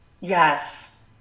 yes